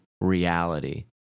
reality